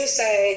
say